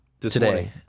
today